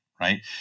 right